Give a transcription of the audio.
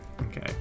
Okay